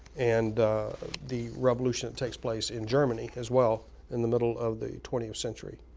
and the revolution that takes place in germany as well in the middle of the twentieth century.